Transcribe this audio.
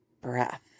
breath